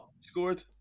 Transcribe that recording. scored